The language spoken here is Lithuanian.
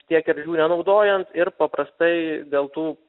tiek ir jų nenaudojant ir paprastai dėl tų